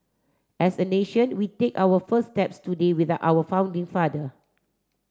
as a nation we take our first steps today with our founding father